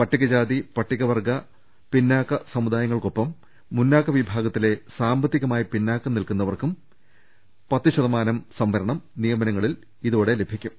പട്ടികജാതി പ്രപട്ടികവർഗ്ഗ പിന്നാക്ക സമുദായങ്ങൾക്കൊപ്പം മുന്നാക്ക വിഭാഗത്തിലെ സാമ്പത്തിക മായി പിന്നാക്കം നിൽക്കും പത്തുശതമാനം പേർക്കും നിയമ നങ്ങളിൽ ഇതോടെ സംവരണം ലഭിക്കും